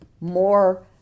more